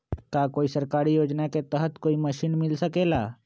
का कोई सरकारी योजना के तहत कोई मशीन मिल सकेला?